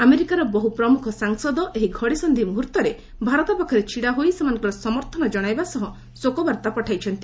ଆମେରିକାର ବହୁ ପ୍ରମୁଖ ସାଂସଦ ଏହି ଘଡ଼ିସନ୍ଧି ମୁହୂର୍ତ୍ତରେ ଭାରତ ପାଖରେ ଛିଡ଼ା ହୋଇ ସେମାନଙ୍କର ସମର୍ଥନ ଜଣାଇବା ସହ ଶୋକବାର୍ତ୍ତା ପଠାଇଛନ୍ତି